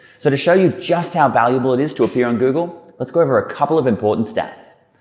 so to show you just how valuable it is to appear on google let's go over a couple of important stats.